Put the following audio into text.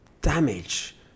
damage